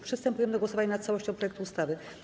Przystępujemy do głosowania nad całością projektu uchwały.